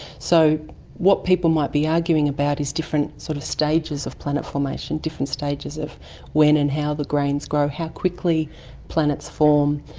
so what people might be arguing about is different sort of stages of planet formation, different stages of when and how the grains grow. how quickly planets form,